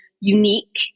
unique